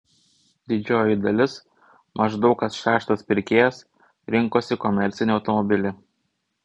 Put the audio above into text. didžioji dalis maždaug kas šeštas pirkėjas rinkosi komercinį automobilį